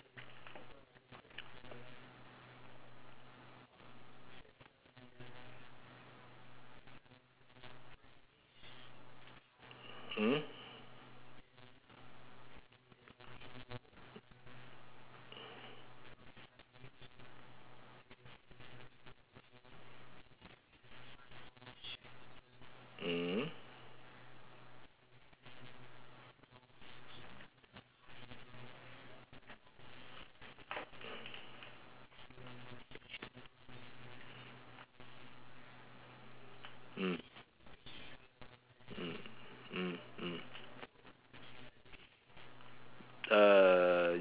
hmm mm mm mm mm uh